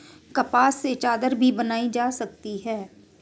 कपास से चादर भी बनाई जा सकती है